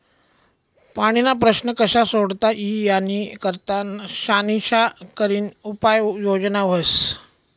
पाणीना प्रश्न कशा सोडता ई यानी करता शानिशा करीन उपाय योजना व्हस